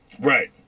Right